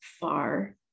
far